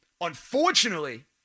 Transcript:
Unfortunately